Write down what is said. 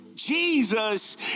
Jesus